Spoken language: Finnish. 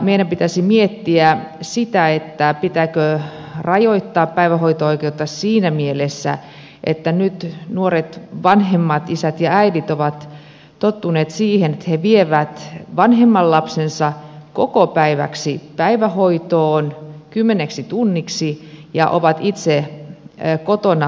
meidän pitäisi miettiä sitä pitääkö rajoittaa päivähoito oikeutta siinä mielessä että nyt nuoret vanhemmat isät ja äidit ovat tottuneet siihen että he vievät vanhimman lapsensa koko päiväksi päivähoitoon kymmeneksi tunniksi ja ovat itse kotona vauvan kanssa